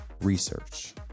research